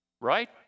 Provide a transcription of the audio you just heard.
Right